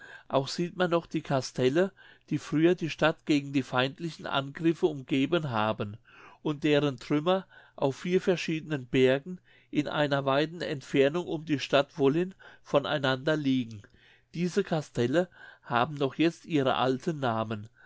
auch sieht man noch die castelle die früher die stadt gegen die feindlichen angriffe umgeben haben und deren trümmer auf vier verschiedenen bergen in einer weiten entfernung um die stadt wollin von einander liegen diese castelle haben noch jetzt ihre alten namen